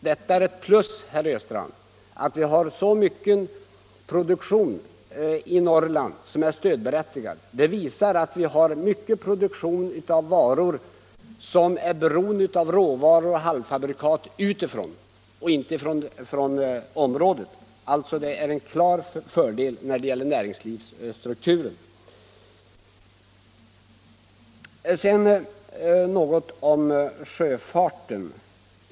Det är ett plus, herr Östrand, att vi har så mycken produktion i Norrland som är stödberättigad. Det visar att vi har en stor produktion som är beroende av råvaror och halvfabrikat utifrån och inte från området. Det är alltså en klar fördel när det gäller näringslivsstrukturen. Sedan något om sjöfarten.